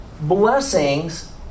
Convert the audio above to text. blessings